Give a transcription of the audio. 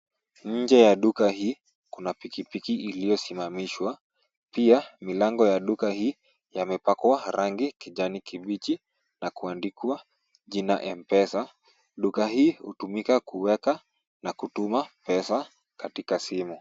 Nje ya duka hii kuna pikipiki iliyosimamishwa. Pia milango ya duka hii yamepakwa rangi kijani kibichi na kuandikwa jina mpesa. Duka hii hutumika kuweka na kutuma pesa katika simu.